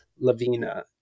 Lavina